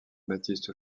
baptiste